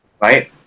right